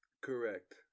Correct